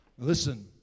Listen